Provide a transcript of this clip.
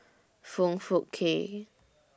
Foong Fook Kay